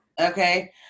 okay